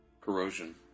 Corrosion